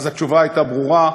התשובה הייתה ברורה,